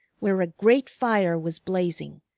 where a great fire was blazing,